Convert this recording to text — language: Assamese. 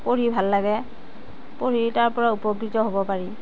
পঢ়ি ভাল লাগে পঢ়ি তাৰপৰা উপকৃত হ'ব পাৰি